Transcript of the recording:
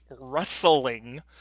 wrestling